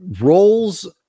roles